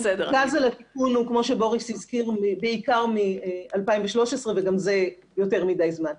--- לתיקון הוא כמו שבוריס הזכיר בעיקר מ-2013 וגם זה יותר מדי זמן.